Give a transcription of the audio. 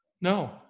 no